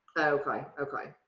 okay, okay!